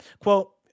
Quote